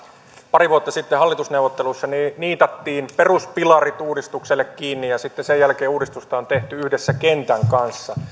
pari vuotta sitten hallitusneuvotteluissa niitattiin peruspilarit uudistukselle kiinni ja sitten sen jälkeen uudistusta on tehty yhdessä kentän kanssa